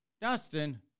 Dustin